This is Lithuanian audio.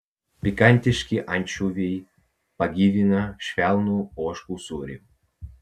pikantiški ančiuviai pagyvina švelnų ožkų sūrį